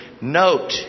Note